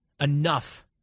Enough